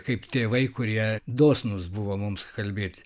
kaip tėvai kurie dosnūs buvo mums kalbėti